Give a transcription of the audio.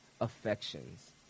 affections